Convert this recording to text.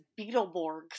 Beetleborgs